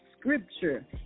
scripture